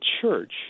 church